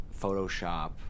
Photoshop